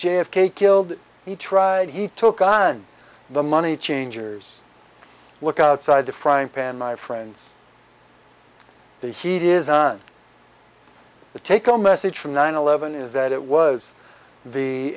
k killed he tried he took on the money changers look outside the frying pan my friends the heat is on the take home message from nine eleven is that it was the